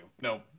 No